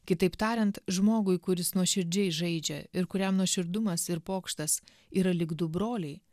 kitaip tariant žmogui kuris nuoširdžiai žaidžia ir kuriam nuoširdumas ir pokštas yra lyg du broliai